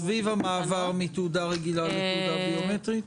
סביב המעבר מתעודה רגילה לתעודה ביומטרית.